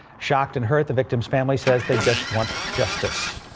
shocked and hurt the victim's family says they just want justice.